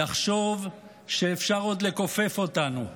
יחשוב שאפשר עוד לכופף אותנו,